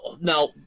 now